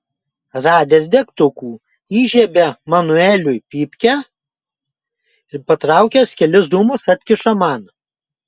radęs degtukų įžiebia manueliui pypkę ir patraukęs kelis dūmus atkiša man